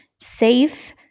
safe